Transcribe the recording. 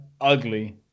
ugly